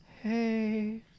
Hey